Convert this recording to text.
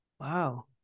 Wow